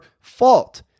fault